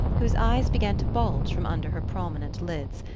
whose eyes began to bulge from under her prominent lids.